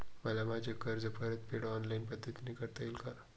मला माझे कर्जफेड ऑनलाइन पद्धतीने करता येईल का?